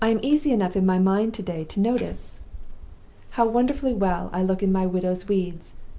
i am easy enough in my mind to-day to notice how wonderfully well i look in my widow's weeds,